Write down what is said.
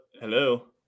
hello